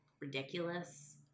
ridiculous